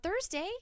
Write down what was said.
Thursday